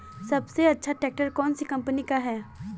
सबसे अच्छा ट्रैक्टर कौन सी कम्पनी का है?